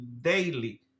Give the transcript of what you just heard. daily